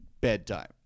bedtime